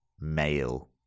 male